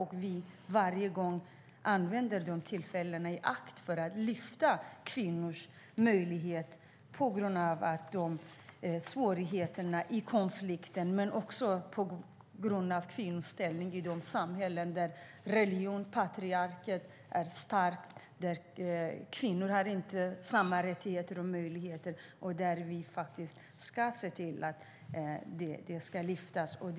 Det är viktigt att vi tar varje tillfälle i akt för att lyfta upp kvinnors möjligheter när det gäller svårigheterna i konflikten. Det gäller också kvinnors ställning i samhällen där religion och patriarker är starka och där kvinnor inte har samma rättigheter och möjligheter. Där ska vi se till att de lyfts fram.